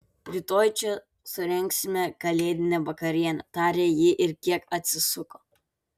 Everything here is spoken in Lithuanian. rytoj čia surengsime kalėdinę vakarienę tarė ji ir kiek atsisuko